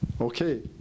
Okay